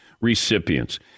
recipients